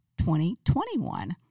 2021